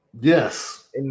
Yes